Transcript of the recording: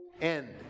end